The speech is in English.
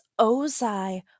ozai